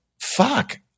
fuck